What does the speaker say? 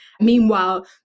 meanwhile